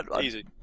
easy